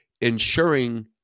ensuring